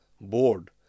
board